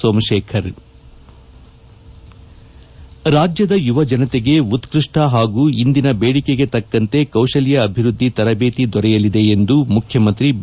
ಸೋಮಶೇಖರ್ ರಾಜ್ಯದ ಯುವಜನತೆಗೆ ಉತ್ವಷ್ಟ ಹಾಗೂ ಇಂದಿನ ಬೇಡಿಕೆಗೆ ತಕ್ಕಂತೆ ಕೌಶಲ್ಯ ಅಭಿವೃದ್ದಿ ತರಬೇತಿ ದೊರೆಯಲಿದೆ ಎಂದು ಮುಖ್ಯಮಂತ್ರಿ ಬಿ